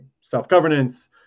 self-governance